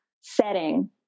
setting